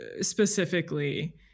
Specifically